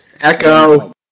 Echo